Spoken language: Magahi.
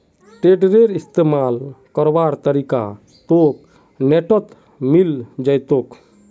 टेडरेर इस्तमाल करवार तरीका तोक नेटत मिले जई तोक